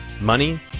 Money